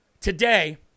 Today